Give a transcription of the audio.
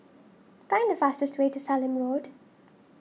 find the fastest way to Sallim Road